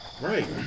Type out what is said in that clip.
Right